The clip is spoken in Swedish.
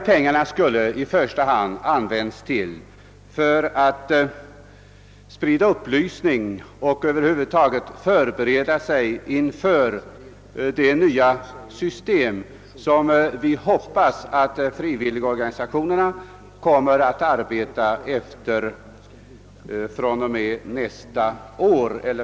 Pengarna skulle i första hand användas för att sprida upplysning och över huvud taget till förberedelser inför det nya system, efter vilket vi hoppas att frivilligorganisationerna kommer att arbeta från och med nästa budgetår.